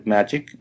Magic